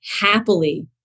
happily